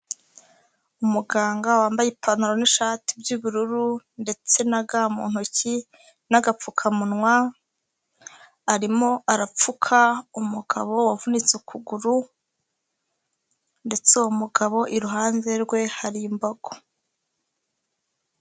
Umuganga wambaye ipantaro n'ishati by'ubururu ndetse na ga mu ntoki n'agapfukamunwa, arimo arapfuka umugabo wavunitse ukuguru ndetse uwo umugabo iruhande rwe hari imbogo.